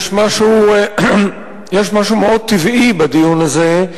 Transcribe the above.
יש משהו מאוד טבעי בדיון הזה,